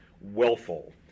willful